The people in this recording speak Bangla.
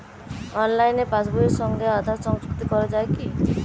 অনলাইনে পাশ বইয়ের সঙ্গে আধার সংযুক্তি করা যায় কি?